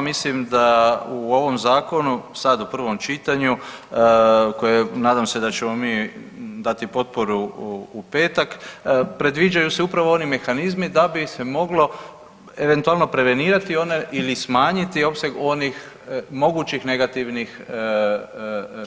Mislim da u ovom zakonu sad u prvom čitanju koje nadam se da ćemo mi dati potporu u petak predviđaju se upravo oni mehanizmi da bi se moglo eventualno prevenirati ili smanjiti opseg onih mogućih negativnih